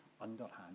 underhand